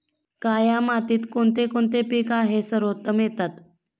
काया मातीत कोणते कोणते पीक आहे सर्वोत्तम येतात?